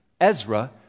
Ezra